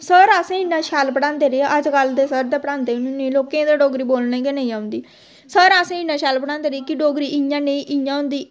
sir असें गी इन्ना शैल पढ़ांदे रेह् अजकल्ल दे सर ते पढ़ांदे लोकें गी ते डोगरी बोलने गै नेईं औंदी सर असें गी इन्ना शैल पढ़ांदे रेह् कि डोगरी इ'यां नेईं इ'यां होंदी